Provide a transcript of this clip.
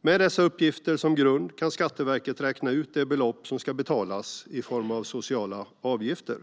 Med dessa uppgifter som grund kan Skatteverket räkna ut det belopp som ska betalas i form av sociala avgifter.